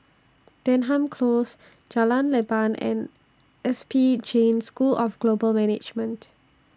Denham Close Jalan Leban and S P Jain School of Global Management